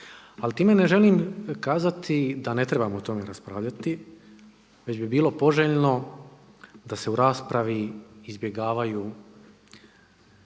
Ali time ne želim kazati da ne trebamo o tome raspravljati, već bi bilo poželjno da se u raspravi izbjegavaju